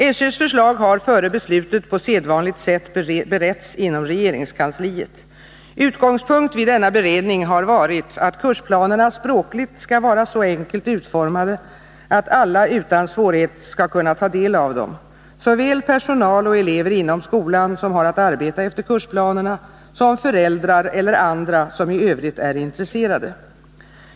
SÖ:s förslag har före beslutet på sedvanligt sätt beretts inom regeringskansliet. Utgångspunkt vid denna beredning har varit att kursplanerna språkligt skall vara så enkelt utformade att alla utan svårighet skall kunna ta del av dem — såväl personal och elever inom skolan, som har att arbeta efter kursplanerna, som föräldrar eller andra som i övrigt är intresserade.